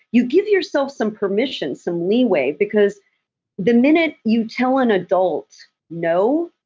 you give yourself some permission, some leeway. because the minute you tell an adult no,